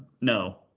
no